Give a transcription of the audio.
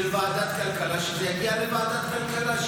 שזה יגיע לוועדת הכלכלה,